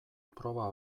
proba